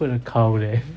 put the cow there